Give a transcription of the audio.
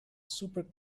super